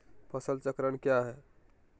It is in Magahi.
फसल चक्रण क्या है?